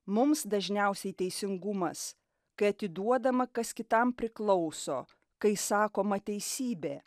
mums dažniausiai teisingumas kai atiduodama kas kitam priklauso kai sakoma teisybė